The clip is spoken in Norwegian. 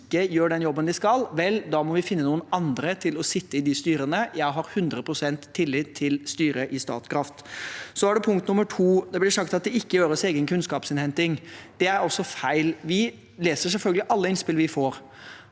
ikke gjør den jobben de skal, må vi finne noen andre til å sitte i de styrene. Jeg har hundre prosent tillit til styret i Statkraft. Punkt nr. 2: Det blir sagt at det ikke gjøres egen kunnskapsinnhenting. Det er altså feil. Vi leser selvfølgelig alle innspill vi får.